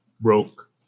broke